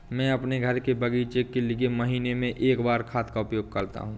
मैं अपने घर के बगीचे के लिए महीने में एक बार खाद का उपयोग करता हूँ